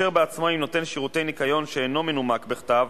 שכשבתי-העסק ישלמו עמלות נמוכות יותר,